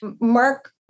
Mark